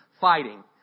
fighting